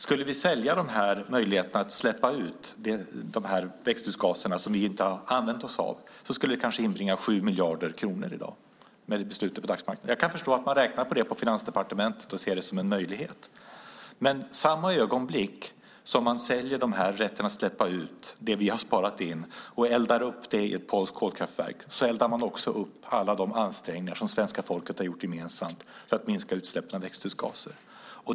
Skulle vi sälja möjligheterna att släppa ut de växthusgaser som vi inte använt oss av skulle det i dag kanske inbringa 7 miljarder kronor. Jag kan förstå att man räknar på det på Finansdepartementet och ser det som en möjlighet. Men i samma ögonblick som man säljer rätten att släppa ut det vi har sparat in och eldar upp det i ett polskt kolkraftverk eldar man också upp alla de ansträngningar som svenska folket har gjort gemensamt för att minska utsläppen av växthusgaser.